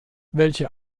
welche